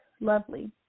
lovely